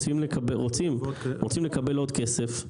רוצים לקבל עוד כסף.